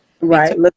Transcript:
Right